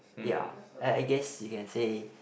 ya I guess you can say